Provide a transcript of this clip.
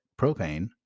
propane